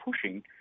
pushing